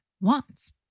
wants